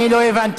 אני לא הבנתי.